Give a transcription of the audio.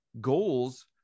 goals